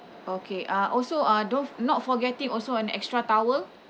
okay uh also uh don't not forgetting also an extra towel